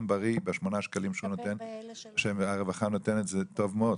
בריא בשמונת השקלים שהרווחה נותנת זה טוב מאוד,